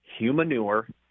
humanure